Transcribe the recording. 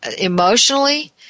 Emotionally